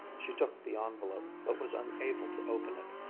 she took the envelope, but was unable to open it.